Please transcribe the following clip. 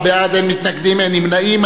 בעד, 24, אין מתנגדים, אין נמנעים.